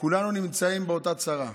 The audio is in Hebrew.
כולנו נמצאים באותה צרה,